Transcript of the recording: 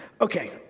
Okay